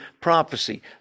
prophecy